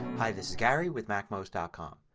hi, this is gary with macmost ah com.